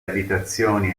abitazioni